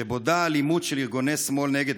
שבודה אלימות של ארגוני שמאל נגד